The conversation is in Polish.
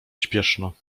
śpieszno